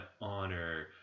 honor